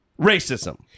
racism